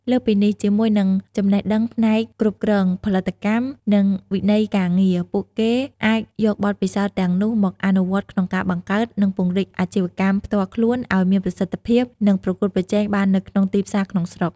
លើសពីនេះ ជាមួយនឹងចំណេះដឹងផ្នែកគ្រប់គ្រង ផលិតកម្ម និងវិន័យការងារ ពួកគេអាចយកបទពិសោធន៍ទាំងនោះមកអនុវត្តក្នុងការបង្កើត និងពង្រីកអាជីវកម្មផ្ទាល់ខ្លួនឱ្យមានប្រសិទ្ធភាព និងប្រកួតប្រជែងបាននៅក្នុងទីផ្សារក្នុងស្រុក។